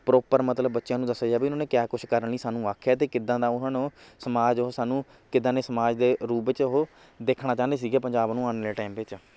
proper ਮਤਲਬ ਬੱਚਿਆਂ ਨੂੰ ਦੱਸਿਆ ਜਾਵੇ ਉਹਨਾਂ ਨੇ ਕਿਆ ਕੁਛ ਕਰਨ ਲਈ ਸਾਨੂੰ ਆਖਿਆ ਏ ਅਤੇ ਕਿੱਦਾਂ ਦਾ ਉਹਨਾਂ ਨੂੰ ਸਮਾਜ ਉਹ ਸਾਨੂੰ ਕਿੱਦਾਂ ਦੇ ਸਮਾਜ ਦੇ ਰੂਪ ਵਿੱਚ ਉਹ ਦੇਖਣਾ ਚਾਹੁੰਦੇ ਸੀਗੇ ਪੰਜਾਬ ਨੂੰ ਆਉਣ ਵਾਲ਼ੇ ਟਾਈਮ ਵਿੱਚ